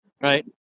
Right